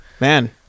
Man